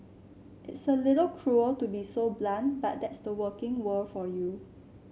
it's a little cruel to be so blunt but that's the working world for you